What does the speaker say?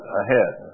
ahead